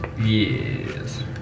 Yes